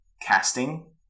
casting